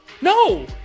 No